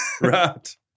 right